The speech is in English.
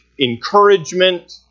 encouragement